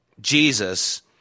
Jesus